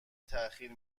تاخیر